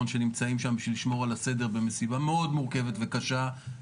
שנמצאים שם בשביל לשמור על הסדר במשימה מאוד מורכבת וקשה.